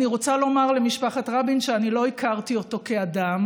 אני רוצה לומר למשפחת רבין שאני לא הכרתי אותו כאדם.